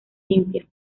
limpia